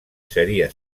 seria